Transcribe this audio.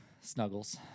Snuggles